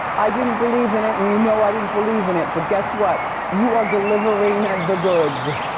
i didn't believe in it and you know i didn't believe in it, but guess what? you are delivering and the goods.